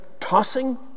tossing